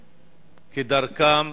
כדרכם,